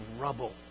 rubble